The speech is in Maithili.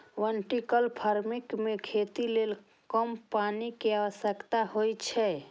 वर्टिकल फार्मिंग मे खेती लेल कम पानि के आवश्यकता होइ छै